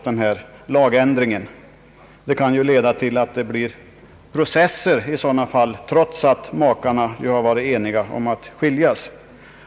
Det kan leda till process trots att makarna varit eniga om att skiljas.